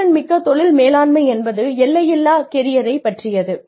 செயல்திறன் மிக்க தொழில் மேலாண்மை என்பது எல்லையில்லா கெரியரை பற்றியது